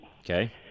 Okay